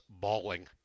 bawling